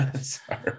Sorry